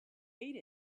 ate